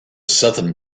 southern